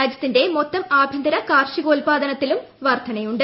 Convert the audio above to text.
രാജ്യത്തിന്റെ മൊത്തം ആഭ്യന്തരകാർഷികോൽപാദനത്തിലും വർധനയുണ്ട്